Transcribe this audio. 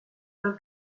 pel